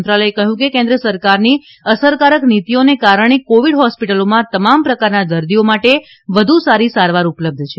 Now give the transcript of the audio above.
મંત્રાલયે કહ્યું કે કેન્દ્ર સરકારની અસરકારક નીતિઓને કારણે કોવિડ હોસ્પિટલોમાં તમામ પ્રકારના દર્દીઓ માટે વધુ સારી સારવાર ઉપલબ્ધ છે